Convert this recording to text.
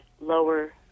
lower